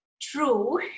true